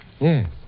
Yes